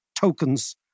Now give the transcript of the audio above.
tokens